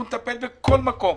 אנחנו נטפל בכל מקום,